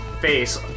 face